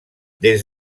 des